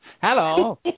Hello